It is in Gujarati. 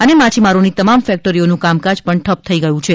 અને માછીમારોની તમામ ફેક્ટરીઓનું કામકાજ ઠપ્પ થઇ ગયું છે